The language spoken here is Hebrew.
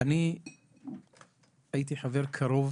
אני הייתי חבר קרוב